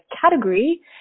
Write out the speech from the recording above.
category